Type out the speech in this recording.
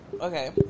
okay